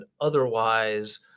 otherwise